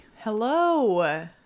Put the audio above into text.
Hello